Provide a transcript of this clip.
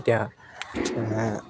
এতিয়া